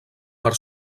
per